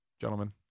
gentlemen